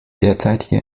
derzeitige